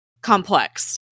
complex